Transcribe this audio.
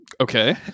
Okay